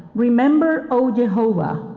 remember oh, jehovah,